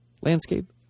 landscape